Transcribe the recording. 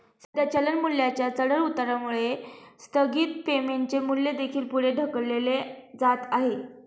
सध्या चलन मूल्याच्या चढउतारामुळे स्थगित पेमेंटचे मूल्य देखील पुढे ढकलले जात आहे